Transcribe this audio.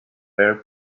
fair